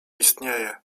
istnieje